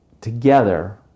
together